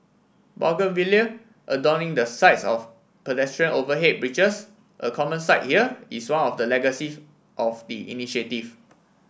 bougainvillea adorning the sides of pedestrian overhead bridges a common sight here is one of the legacies of the initiative